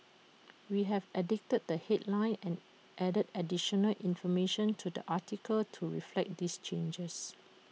we have edited the headline and added additional information to the article to reflect these changes